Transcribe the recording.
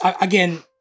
again